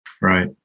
Right